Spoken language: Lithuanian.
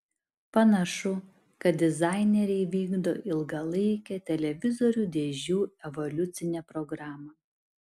panašu kad dizaineriai vykdo ilgalaikę televizorių dėžių evoliucine programa